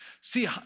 See